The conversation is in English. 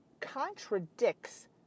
contradicts